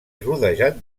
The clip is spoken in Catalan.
rodejat